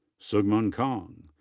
sungmin kahng.